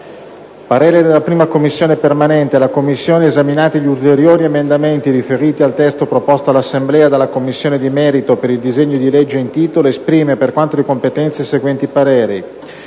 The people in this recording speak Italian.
«La 1a Commissione permanente, esaminati gli ulteriori emendamenti riferiti al testo proposto all'Assemblea dalla Commissione di merito per il disegno di legge in titolo, esprime, per quanto di competenza, i seguenti pareri: